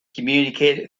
communicated